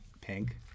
pink